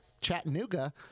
Chattanooga –